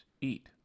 eat